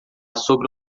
sobre